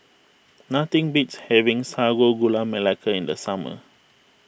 nothing beats having Sago Gula Melaka in the summer